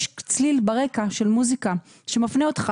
יש ברקע צליל של מוזיקה שמפנה אותך